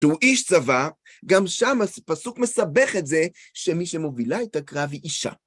שהוא איש צבא, גם שם הפסוק מסבך את זה שמי שמובילה את הקרב היא אישה.